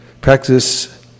practice